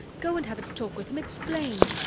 go and have a talk with him explain!